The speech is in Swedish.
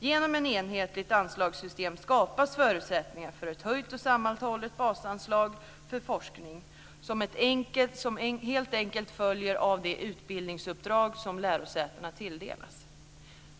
Genom ett enhetligt anslagssystem skapas förutsättningar för ett höjt och sammanhållet basanslag för forskning som helt enkelt följer av det utbildningsuppdrag som lärosätena tilldelas.